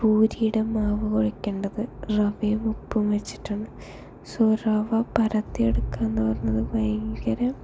പൂരിടെ മാവ് കുഴക്കേണ്ടത് റവയും ഉപ്പും വെച്ചിട്ടാണ് സോ റവ പരത്തിയെടുക്കാനാണ് പറഞ്ഞത് ഭയങ്കര